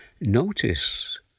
notice